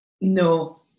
No